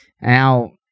Now